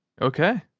Okay